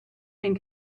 and